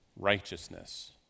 righteousness